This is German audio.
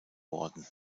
worden